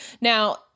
Now